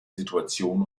situation